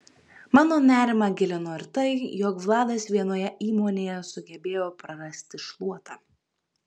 mano nerimą gilino ir tai jog vladas vienoje įmonėje sugebėjo prarasti šluotą